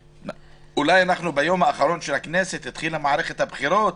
אולי אנחנו ביום האחרון של הכנסת והתחילה מערכת הבחירות,